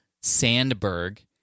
Sandberg